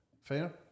fair